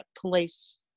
police